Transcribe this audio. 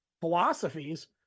philosophies